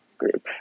group